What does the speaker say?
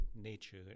nature